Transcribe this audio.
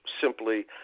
simply